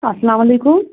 اسلامُ علیکم